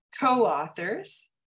co-authors